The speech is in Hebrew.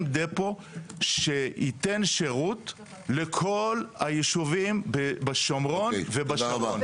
דפו שייתן שרות לכל הישובים בשומרון ובשרון.